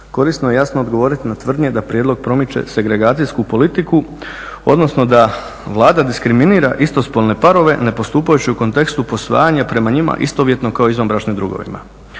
korisno je jasno odgovoriti na tvrdnje da prijedlog promiče segregacijsku politiku odnosno da Vlada diskriminira istospolne parove ne postupajući u kontekstu posvajanja prema njima istovjetnom kao izvanbračnim drugovima.